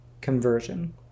conversion